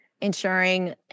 ensuring